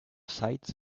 sight